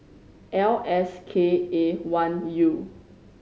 L S K A one U